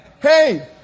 Hey